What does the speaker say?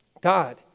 God